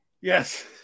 yes